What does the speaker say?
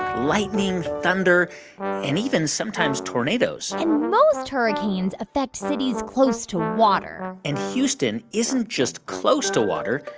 lightning, thunder and even sometimes tornadoes and most hurricanes affect cities close to water and houston isn't just close to water,